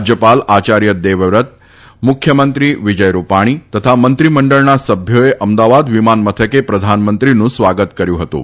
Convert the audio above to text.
રાજ્યપાલ આચાર્ય દેવવ્રત મુખ્યમંત્રી વિજય રૂપાણી તથા મંત્રીમંડળના સભ્યોએ અમદાવાદ વિમાનમથકે પ્રધાનમંત્રીનું સ્વાગત કર્યું હતું